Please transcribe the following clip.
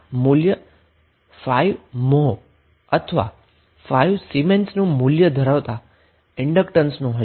આ મૂલ્ય 5 મ્હો અથવા 5 સિમેન્સનું મૂલ્ય ધરાવતા ઈન્ડક્ટન્સનું હશે